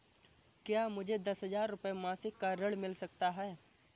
क्या मुझे दस हजार रुपये मासिक का ऋण मिल सकता है?